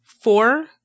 four